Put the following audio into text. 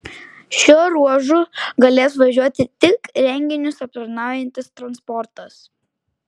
šiuo ruožu galės važiuoti tik renginius aptarnaujantis transportas